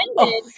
ended